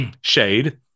shade